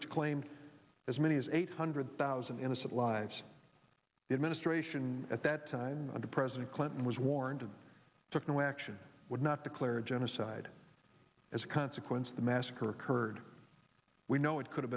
which claimed as many as eight hundred thousand innocent lives the administration at that time under president clinton was warned of took no action would not declare genocide as a consequence the massacre occurred we know it could have